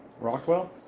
Rockwell